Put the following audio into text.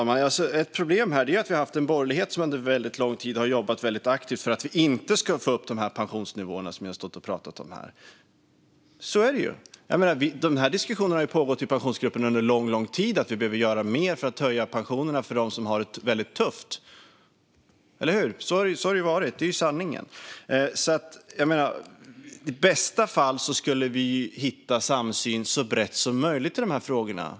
Fru talman! Ett problem här är att vi haft en borgerlighet som under väldigt lång tid har jobbat väldigt aktivt för att vi inte ska få upp pensionsnivåerna som vi har pratat om här. Så är det ju. Diskussionen har ju pågått i Pensionsgruppen under lång, lång tid om att vi behöver göra mer för att höja pensionerna för dem som har det väldigt tufft. Eller hur? Så har det ju varit. Det är sanningen. I bästa fall skulle vi kunna hitta samsyn så brett som möjligt i de här frågorna.